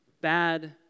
bad